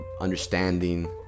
understanding